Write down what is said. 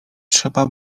trzeba